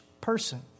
person